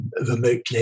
remotely